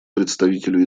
представителю